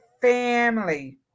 family